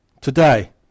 today